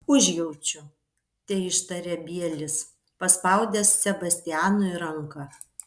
užjaučiu teištarė bielis paspaudęs sebastianui ranką